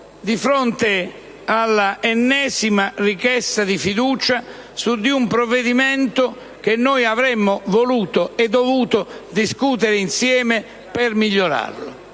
di fronte all'ennesima richiesta di fiducia su un provvedimento che noi avremmo voluto e dovuto discutere insieme per migliorarlo.